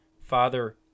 Father